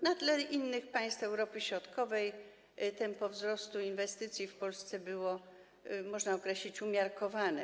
Na tle innych państw Europy Środkowej tempo wzrostu inwestycji w Polsce było, można określić, umiarkowane.